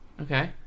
Okay